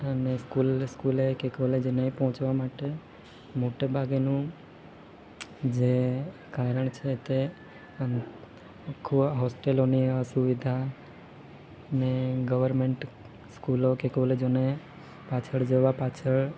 અને સ્કૂલને સ્કૂલે કે કોલેજે નહીં પહોંચવા માટે મોટે ભાગેનું જે કારણ છે તે આમ આખું આ હોસ્ટેલોની અસુવિધા ને ગવર્મેન્ટ સ્કૂલો કે કોલેજોને પાછળ જવા પાછળ